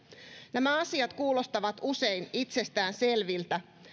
nämä asiat kuulostavat usein itsestäänselviltä